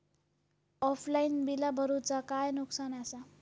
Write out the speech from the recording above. Offline बिला भरूचा काय नुकसान आसा?